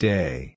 Day